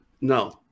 No